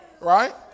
Right